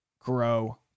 grow